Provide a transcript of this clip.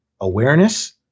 awareness